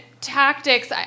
tactics